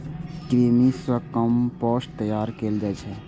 कृमि सं कंपोस्ट तैयार कैल जाइ छै